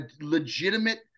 legitimate